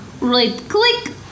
Right-click